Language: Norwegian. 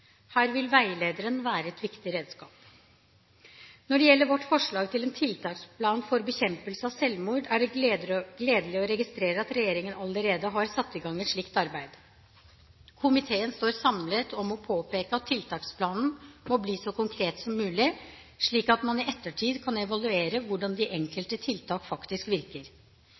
Her vil veilederen være et viktig redskap. Når det gjelder vårt forslag til en tiltaksplan for bekjempelse av selvmord, er det gledelig å registrere at regjeringen allerede har satt i gang et slikt arbeid. Komiteen står samlet om å påpeke at tiltaksplanen må bli så konkret som mulig, slik at man i ettertid kan evaluere hvordan de enkelte tiltak faktisk virker.